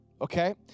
okay